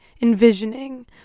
envisioning